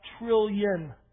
trillion